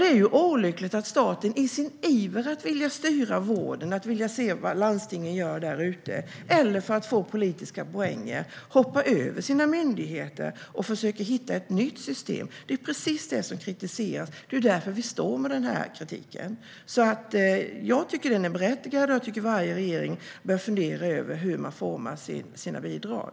Det är olyckligt att staten i sin iver och vilja att styra vården och vilja att se vad landstingen gör, eller för att få politiska poänger, hoppar över sina myndigheter och försöker hitta ett nytt system. Det är precis det som kritiseras. Det är därför vi står här med denna kritik. Jag tycker att den är berättigad, och jag tycker att varje regering bör fundera över hur man utformar sina bidrag.